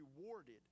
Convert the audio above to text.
rewarded